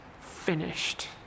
finished